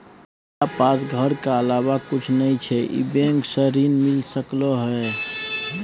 हमरा पास घर के अलावा कुछ नय छै ई बैंक स ऋण मिल सकलउ हैं?